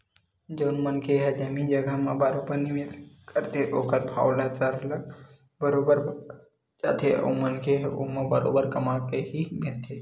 जउन मनखे मन ह जमीन जघा म बरोबर निवेस करथे ओखर भाव ह सरलग बरोबर बाड़त जाथे अउ मनखे ह ओमा बरोबर कमा के ही बेंचथे